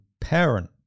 parent